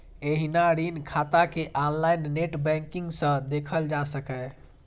एहिना ऋण खाता कें ऑनलाइन नेट बैंकिंग सं देखल जा सकैए